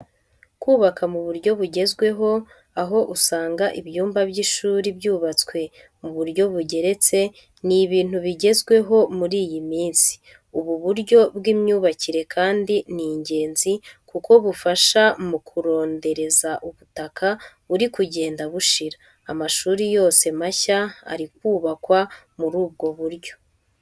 Kubaka amashuri mu buryo bugezweho aho usanga ibyumba by'ishuri byubatswe mu buryo bugeretse ni ibintu bigezweho muri iyi minsi. Ubu buryo bw'imyubakire kandi ni ingenzi kuko bufasha mu kurondereza ubutaka buri kugenda bushira. Amashuri yose mashya ari kubakwa muri ubu buryo.